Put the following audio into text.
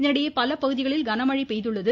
இதனிடையே பல பகுதிகளில் கனமழை பெய்துள்ளது